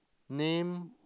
name